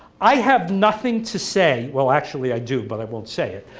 i have nothing to say, well actually i do but i won't say it,